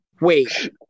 Wait